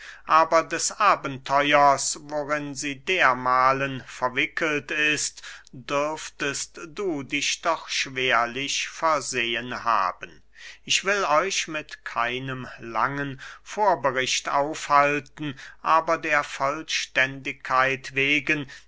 aber des abenteuers worin sie dermahlen verwickelt ist dürftest du dich doch schwerlich versehen haben ich will euch mit keinem langen vorbericht aufhalten aber der vollständigkeit wegen